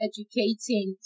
Educating